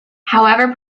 however